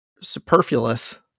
superfluous